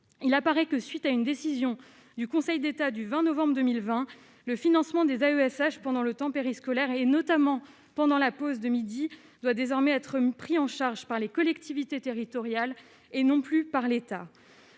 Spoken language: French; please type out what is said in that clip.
il apparaît que, suite à une décision du Conseil d'État du 20 novembre 2020, le financement des AESH pendant le temps périscolaire et notamment pendant la pause de midi, doit désormais être pris en charge par les collectivités territoriales et non plus par l'État,